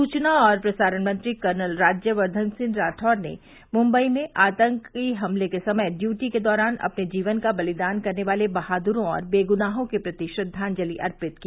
सूचना और प्रसारण मंत्री कर्नल राज्यवर्धन राठौड़ ने मुंबई में आतंकी हमले के समय ड्यूटी के दौरान अपने जीवन का बलिदान करने वाले बहादुरों और बेगुनाहों के प्रति श्रद्वांजलि अर्पित की